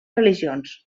religions